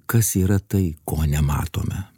kas yra tai ko nematome